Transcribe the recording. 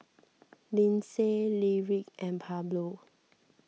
Lindsay Lyric and Pablo